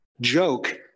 joke